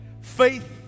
Faith